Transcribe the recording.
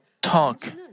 talk